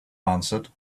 answered